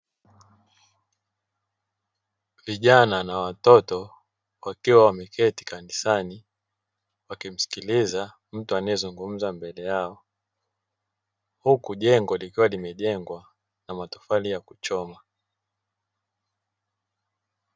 Vijana na watoto wakiwa wameketi kansani wakimsikiliza mtu anayezungumza mbele yao, huku jengo likiwa limejengwa na matofali ya kuchoma.